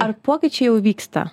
ar pokyčiai jau vyksta